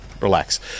Relax